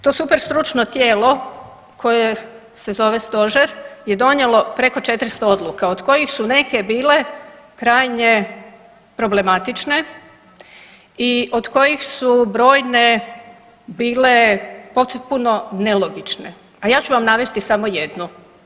To super stručno tijelo koje se zove Stožer je donijelo preko 400 odluka od kojih su neke bile krajnje problematične i od kojih su brojne bile potpuno nelogične, a ja ću vam navesti samo jednu.